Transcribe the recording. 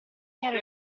chiaro